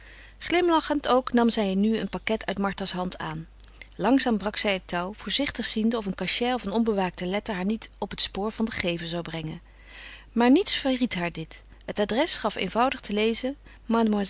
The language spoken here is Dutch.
glimlachend ook nam zij nu een pakket uit martha's hand aan langzaam brak zij het touw voorzichtig ziende of een cachet of een onbewaakte letter haar niet op het spoor van den gever zou brengen maar niets verried haar dit het adres gaf eenvoudig te lezen